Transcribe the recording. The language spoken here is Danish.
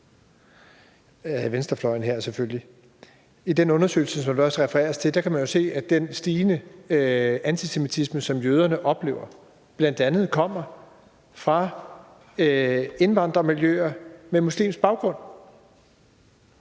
I den undersøgelse, som der også refereres til, kan man jo se, at den stigende antisemitisme, som jøderne oplever, bl.a. kommer fra indvandrermiljøer med muslimsk baggrund.